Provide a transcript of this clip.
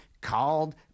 called